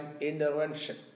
intervention